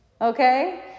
Okay